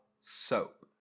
soap